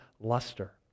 luster